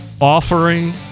offering